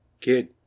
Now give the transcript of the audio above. Kid